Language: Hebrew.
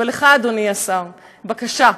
ולך אדוני השר, בקשה,